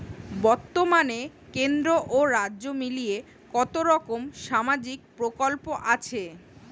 বতর্মানে কেন্দ্র ও রাজ্য মিলিয়ে কতরকম সামাজিক প্রকল্প আছে?